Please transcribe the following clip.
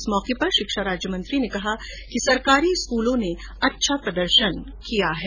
इस मौके पर शिक्षा राज्यमंत्री ने कहा कि स्कूलों ने अच्छा प्रदर्शन किया है